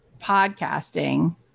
podcasting